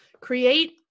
create